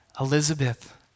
Elizabeth